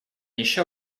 еще